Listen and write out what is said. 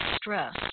stress